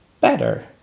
better